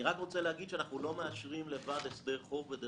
אנחנו לא מאשרים לבד הסדר חוב.